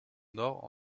nord